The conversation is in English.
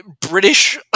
British